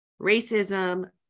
racism